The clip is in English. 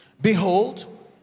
Behold